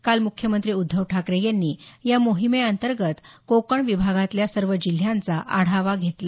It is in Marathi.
काल मुख्यमंत्री उद्धव ठाकरे यांनी या मोहिमेअंतर्गत कोकण विभागातल्या सर्व जिल्ह्यांचा आढावा घेतला